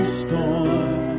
storm